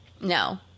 No